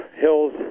hills